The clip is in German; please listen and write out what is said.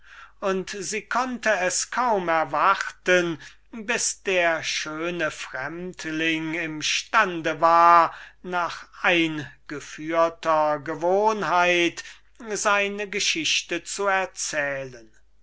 und sie konnte es kaum erwarten bis der schöne fremdling im stande war nach eingeführter gewohnheit seine geschichte zu erzählen